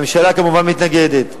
הממשלה כמובן מתנגדת.